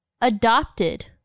adopted